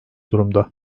durumda